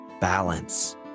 Balance